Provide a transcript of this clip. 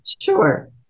Sure